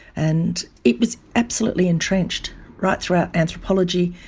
and it was absolutely entrenched right throughout anthropology,